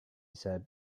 said